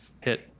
hit